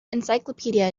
encyclopedia